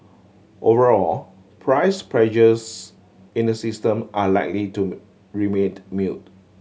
overall price pressures in the system are likely to remained muted